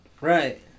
Right